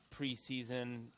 preseason